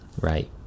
right